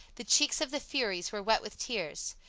the cheeks of the furies were wet with tears.